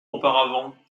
auparavant